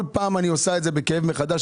כל פעם אני עושה את זה בכאב מחדש,